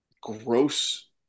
gross